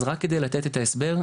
אז רק כדי לתת את ההסבר,